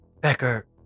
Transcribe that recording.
Becker